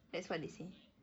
that's what they say